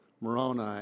Moroni